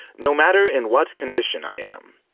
no matter in what condition i am.